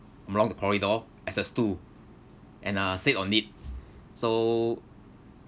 along the corridor as a stool and uh sit on it so